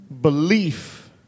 Belief